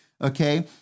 okay